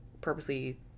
purposely